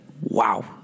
wow